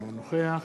אינו נוכח